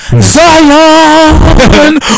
Zion